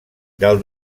del